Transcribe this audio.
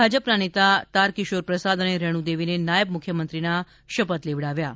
ભાજપના નેતા તારકિશોર પ્રસાદ અને રેણુ દેવીને નાયબ મુખ્યમંત્રીના શપથ લેવડાવ્યાં